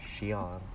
Xi'an